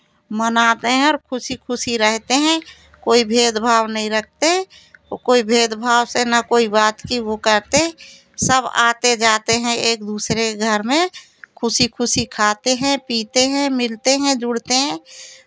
मनाते हैं और खुशी खुशी रहते हैं कोई भेदभाव नहीं रखते कोई भेदभाव से न कोई बात की भुकाते सब आते जाते हैं एक दूसरे घर में खुशी खुशी खाते हैं पीते हैं मिलते हैं जुड़ते हैं